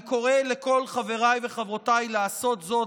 אני קורא לכל חבריי וחברותיי לעשות זאת